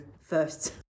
first